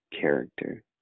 character